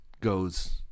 goes